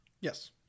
Yes